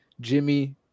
jimmy